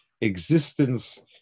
existence